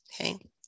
okay